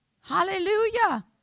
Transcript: Hallelujah